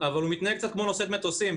אבל הוא מתנהג כמו נושאת מטוסים קצת,